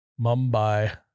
mumbai